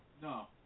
No